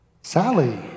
Sally